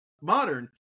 modern